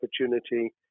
opportunity